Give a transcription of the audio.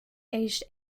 aged